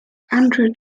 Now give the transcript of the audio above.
andrew